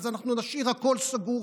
אז נשאיר הכול סגור,